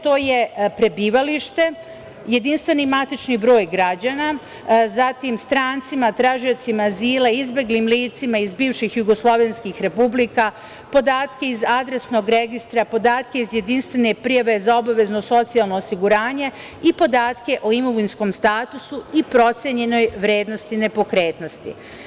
To je prebivalište, JMBG, zatim strancima, tražiocima azila, izbeglim licima iz bivših jugoslovenskih republika, podatke iz Jedinstvene prijave za obavezno socijalno osiguranje i podatke o imovinskom statusu i procenjenoj vrednosti nepokretnosti.